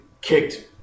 kicked